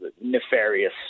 nefarious